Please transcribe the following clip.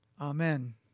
Amen